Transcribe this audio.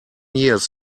years